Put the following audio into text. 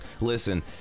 Listen